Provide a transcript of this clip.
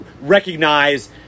recognize